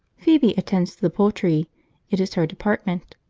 phoebe attends to the poultry it is her department.